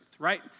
Right